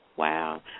Wow